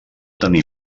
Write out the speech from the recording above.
tenir